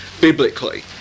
biblically